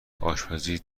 آشپزی